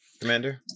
Commander